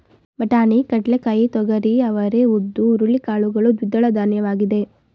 ಬಟಾಣಿ, ಕಡ್ಲೆಕಾಯಿ, ತೊಗರಿ, ಅವರೇ, ಉದ್ದು, ಹುರುಳಿ ಕಾಳುಗಳು ದ್ವಿದಳಧಾನ್ಯವಾಗಿದೆ